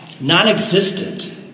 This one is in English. Non-existent